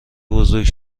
بزرگ